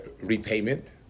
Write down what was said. repayment